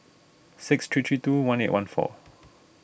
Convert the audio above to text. six three three two one eight one four